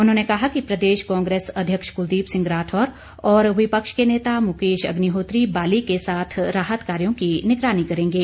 उन्होंने कहा कि प्रदेश कांग्रेस अध्यक्ष कुलदीप सिंह राठौर और विपक्ष के नेता मुकेश अग्निहोत्री बाली के साथ राहत कार्यो की निगरानी करेंगे